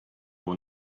will